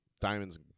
Diamonds